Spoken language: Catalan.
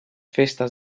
festes